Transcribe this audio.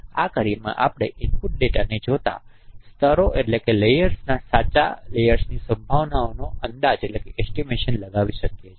આ કાર્યમાં આપણે ઇનપુટ ડેટાને જોતાં સ્તરોના સાચા સ્તરોની સંભાવનાનો અંદાજ લગાવીએ છીએ